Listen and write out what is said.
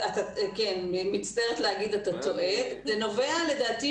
כן, מצטערת להגיד שאתה טועה, זה נובע לדעתי